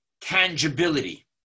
tangibility